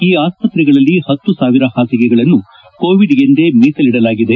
ಈ ಆಸ್ಪತ್ರೆಗಳಲ್ಲಿ ಪತ್ತು ಸಾವಿರ ಹಾಸಿಗೆಗಳನ್ನು ಕೋವಿಡ್ಗೆಂದೇ ಮೀಸಲಿಡಲಾಗಿದೆ